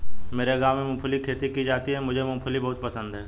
मेरे गांव में मूंगफली की खेती की जाती है मुझे मूंगफली बहुत पसंद है